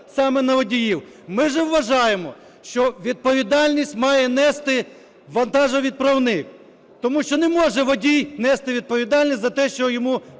саме на водіїв. Ми ж вважаємо, що відповідальність має нести вантажовідправник, тому що не може водій нести відповідальність за те, що йому погрузили,